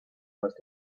must